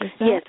Yes